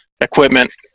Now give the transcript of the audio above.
equipment